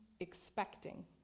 expecting